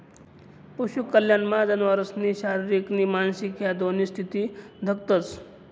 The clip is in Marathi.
पशु कल्याणमा जनावरसनी शारीरिक नी मानसिक ह्या दोन्ही स्थिती दखतंस